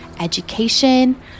education